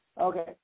Okay